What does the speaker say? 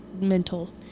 mental